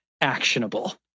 actionable